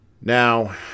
Now